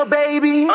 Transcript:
baby